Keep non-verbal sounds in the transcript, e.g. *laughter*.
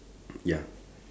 *noise* ya